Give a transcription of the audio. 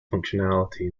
functionality